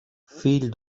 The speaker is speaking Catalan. fill